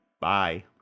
bye